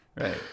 Right